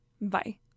Bye